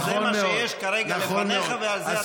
זה מה שיש כרגע לפניך ועל זה אתה מצביע.